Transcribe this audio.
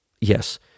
yes